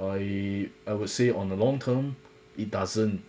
I I would say on the long term it doesn't